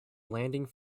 landing